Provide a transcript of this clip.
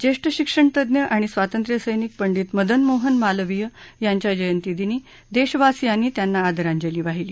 ज्येष्ठ शिक्षणतज्ज्ञ आणि स्वातंत्र्य सैनिक पंडित मदन मोहन मालवीय यांच्या जयंती दिनी देशवासीयांनी त्यांना आदरांजली वाहिली